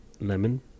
lemon